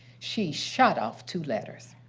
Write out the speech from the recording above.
she shot off two letters.